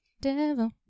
Devil